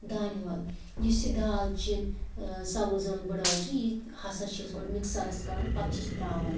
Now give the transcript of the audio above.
دانہِ وَل یُس یہِ دالچیٖن ٲں سبٕز ٲلہٕ بڑٕ ٲلہٕ چھِ یہِ ہَسا چھِ أسۍ گۄڈٕ مِکسَرَس کَڑان پَتہٕ چھِس ترٛاوان